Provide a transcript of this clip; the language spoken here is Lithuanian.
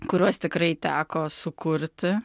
kuriuos tikrai teko sukurti